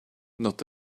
not